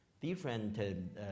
different